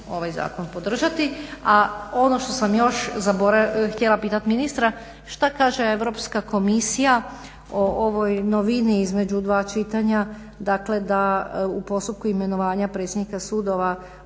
ovaj zakon podržati, a ono što sam još htjela pitat ministra, šta kaže Europska komisija o ovoj novini između dva čitanja? Dakle, da u postupku imenovanja predsjednika sudova